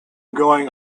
going